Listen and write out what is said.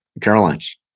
Caroline's